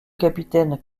capitaine